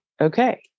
okay